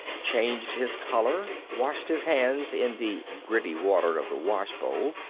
changed his collar, washed his hands in the gritty water of the wash bowl,